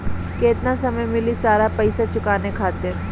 केतना समय मिली सारा पेईसा चुकाने खातिर?